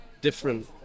different